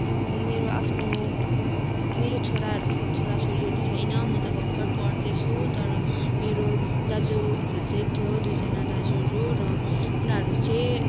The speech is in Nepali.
मेरो आफ्नो मेरो छोराहरू छोरा छोरीहरू त छैन म त भर्खर पढ्दैछु तर मेरो दाजुहरू चाहिँ थियो दुईजना दाजुहरू र उनीहरू चाहिँ